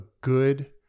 good